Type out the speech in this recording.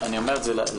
אני אומר לוועדה,